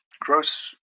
gross